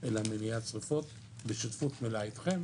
אלא מניעת שריפות בשותפות מלאה איתכם.